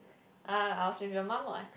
uh I was with your mum [what]